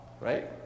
right